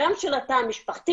גם של התא המשפחתי,